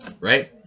right